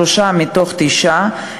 שלושה מתוך תשעה,